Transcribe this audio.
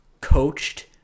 coached